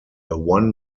one